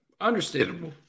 understandable